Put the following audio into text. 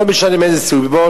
לא משנה מאיזה סיבות,